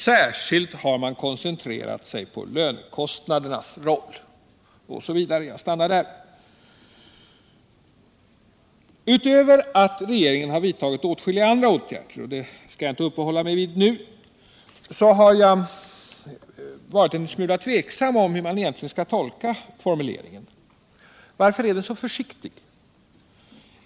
Särskilt har man koncentrerat sig på lönekostnadernas roll ——=.” Regeringen har ju vidtagit åtskilliga andra åtgärder som jag inte skall uppehålla mig vid nu, men jag vill erkänna att jag har varit en smula tveksam om hur man egentligen skall tolka formuleringen i den socialdemokratiska reservationen. Varför är den så försiktig?